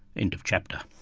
end of chapter.